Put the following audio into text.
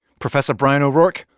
professor brian o'roark,